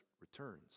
returns